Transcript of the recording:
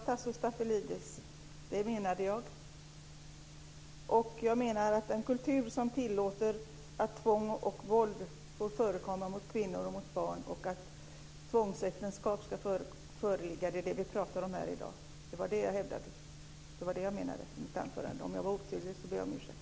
Fru talman! Det menade jag, Tasso Stafilidis. Jag syftade på en kultur som tillåter att tvång och våld får förekomma mot kvinnor och mot barn och att tvångsäktenskap ska föreligga. Det är det vi pratar om här i dag. Det var det jag menade i mitt anförande. Om jag var otydlig ber jag om ursäkt.